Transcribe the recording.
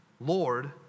Lord